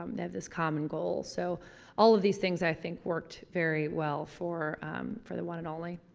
um they have this common goal. so all of these things i think worked very well for for the one and only